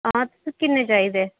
हां तुसें किन्ने चाहिदे